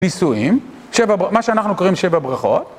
נישואים, מה שאנחנו קוראים שבע ברכות